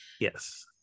Yes